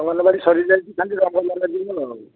ଅଙ୍ଗନବାଡ଼ି ସରିଯାଇଛି ଖାଲି ରଙ୍ଗ ଲଗାଯିବ ଆଉ